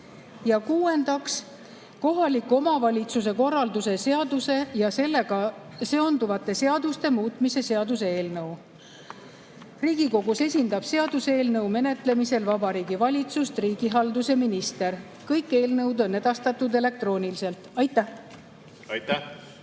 Kuuendaks, kohaliku omavalitsuse korralduse seaduse ja sellega seonduvate seaduste muutmise seaduse eelnõu. Riigikogus esindab seaduseelnõu menetlemisel Vabariigi Valitsust riigihalduse minister. Kõik eelnõud on edastatud elektrooniliselt. Aitäh! Austatud